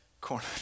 corner